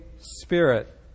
Spirit